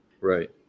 right